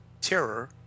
terror